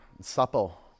Supple